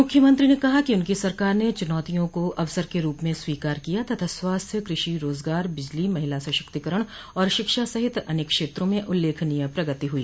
मुख्यमंत्री ने कहा कि उनकी सरकार ने चुनौतियों को अवसर के रूप में स्वीकार किया तथा स्वास्थ्य कृषि रोजगार बिजली महिला सशक्तिकरण और शिक्षा सहित अनक क्षेत्रों में उल्लेखनीय प्रगति हुई